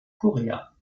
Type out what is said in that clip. korea